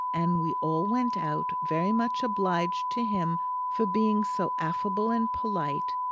and we all went out, very much obliged to him for being so affable and polite,